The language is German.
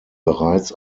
bereits